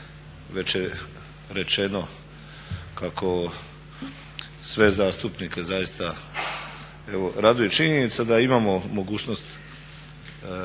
već je rečeno kako sve zastupnike zaista raduje činjenica da imamo mogućnost